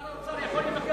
שר האוצר יכול לבטל,